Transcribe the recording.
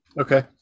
Okay